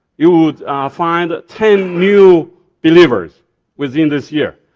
you will find ten new believers within this year.